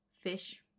fish